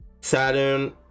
saturn